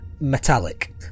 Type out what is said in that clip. metallic